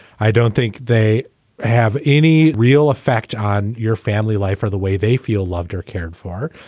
i don't think they have any real effect on your family life or the way they feel loved her cared for.